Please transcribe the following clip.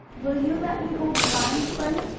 will you let me hold the lines, bunny?